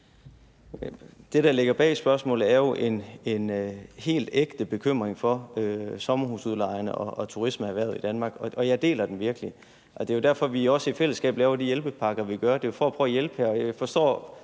Det, der ligger bag spørgsmålet, er jo en helt ægte bekymring for sommerhusudlejerne og turismeerhvervet i Danmark, og jeg deler den virkelig. Og det er derfor, vi også i fællesskab laver de hjælpepakker, vi gør;